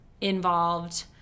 involved